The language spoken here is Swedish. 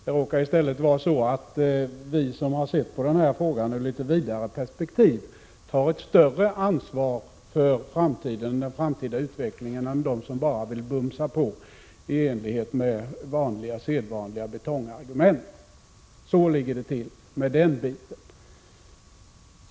Det råkar i stället vara så att vi som har sett på den här frågan i ett litet vidare perspektiv tar ett större ansvar för den framtida utvecklingen än de som bara vill ”bumsa” på i enlighet med sedvanliga betongargument. Så ligger det till med den biten.